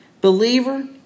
Believer